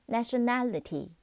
Nationality